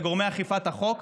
לגורמי אכיפת החוק,